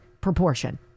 proportion